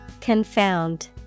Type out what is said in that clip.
Confound